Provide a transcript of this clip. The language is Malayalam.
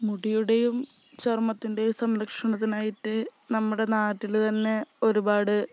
മുടിയുടെയും ചർമ്മത്തിൻ്റെയും സംരക്ഷണത്തിനായിട്ട് നമ്മുടെ നാട്ടില്ത്തന്നെ ഒരുപാട്